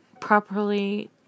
properly